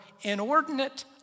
inordinate